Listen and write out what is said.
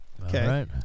Okay